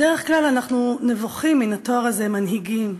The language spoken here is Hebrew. בדרך כלל אנחנו נבוכים מן התואר הזה, מנהיגים.